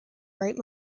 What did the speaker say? right